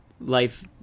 life